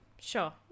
Sure